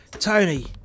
Tony